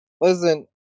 Listen